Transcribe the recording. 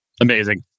amazing